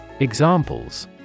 Examples